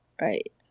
right